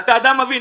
אתה אדם מבין.